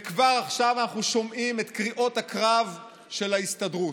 וכבר עכשיו אנחנו שומעים את קריאות הקרב של ההסתדרות.